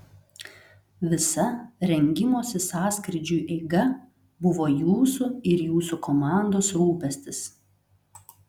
visa rengimosi sąskrydžiui eiga buvo jūsų ir jūsų komandos rūpestis